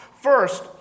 First